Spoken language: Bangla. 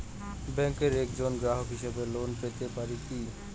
ব্যাংকের একজন গ্রাহক হিসাবে লোন পেতে পারি কি?